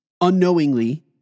unknowingly